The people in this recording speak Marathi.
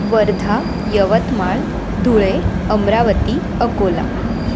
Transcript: वर्धा यवतमाळ धुळे अमरावती अकोला